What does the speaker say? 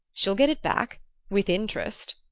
she'll get it back with interest!